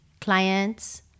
clients